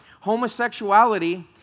Homosexuality